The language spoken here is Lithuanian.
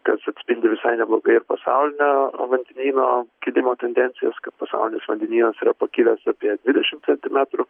kas atspindi visai neblogai ir pasaulinio vandenyno kilimo tendencijas kad pasaulinis vandenynas yra pakilęs apie dvidešim centimetrų